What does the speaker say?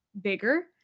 bigger